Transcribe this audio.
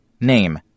Name